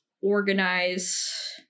organize